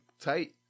tight